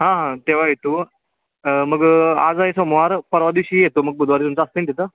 हां हां तेव्हा येतो मग आज आहे सोमवार परवा दिवशी येतो मग बुधवारी तुमचं असतं आहे ना तिथं